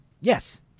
Yes